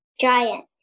Giant